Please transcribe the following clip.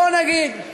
בוא נגיד: